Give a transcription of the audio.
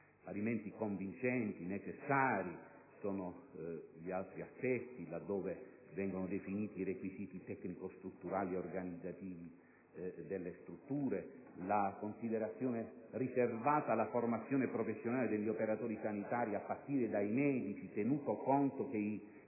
Parimenti convincenti e necessari sono gli altri aspetti: la definizione dei requisiti tecnico‑strutturali ed organizzativi delle strutture; la considerazione riservata alla formazione professionale degli operatori sanitari, a partire dai medici (tenuto conto che i